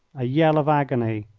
a yell of agony,